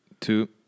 two